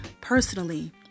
personally